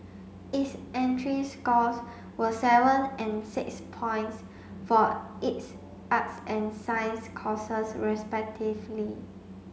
its entry scores were seven and six points for its arts and science courses respectively